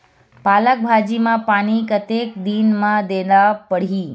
पालक भाजी म पानी कतेक दिन म देला पढ़ही?